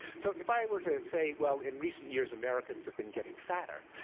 so if i were to say, well, in recent years americans have been getting fatter,